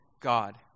God